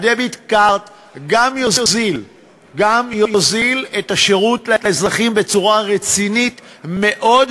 הדביט-קארד גם יוזיל את השירות לאזרחים בצורה רצינית מאוד,